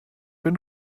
wenn